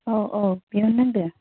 औ औ बेयावनो नांदों